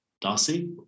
Darcy